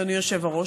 אדוני היושב-ראש.